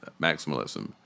maximalism